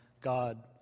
God